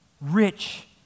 rich